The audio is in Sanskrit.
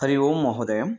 हरिः ओम् महोदय